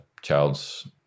child's